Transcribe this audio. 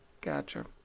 Gotcha